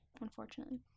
unfortunately